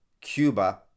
Cuba